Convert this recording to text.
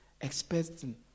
Expecting